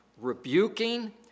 rebuking